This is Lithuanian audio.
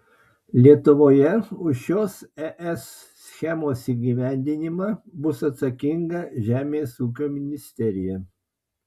lietuvoje už šios es schemos įgyvendinimą bus atsakinga žemės ūkio ministerija